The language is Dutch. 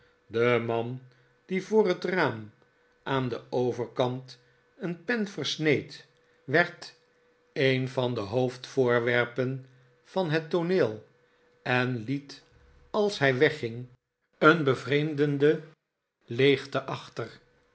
de man die voor het raam aan den overkant een pen versneed werd een van de hoofdvoorwerpen van het tooneel en liet als hij wegging een bevreemdende leegte achter